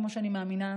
כמו שאני מאמינה,